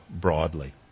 broadly